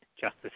Justice